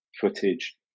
footage